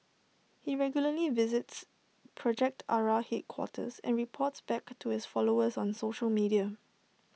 he regularly visits project Ara headquarters and reports back to his followers on social media